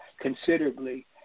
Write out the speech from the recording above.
considerably